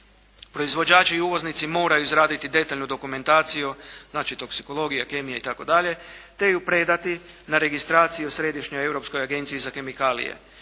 Proizvođači i uvoznici moraju izraditi detaljnu dokumentaciju, znači toksikologija, kemija itd. te ju predati na registraciju Središnjoj europskoj agenciji za kemikalije.